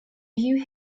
you